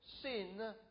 sin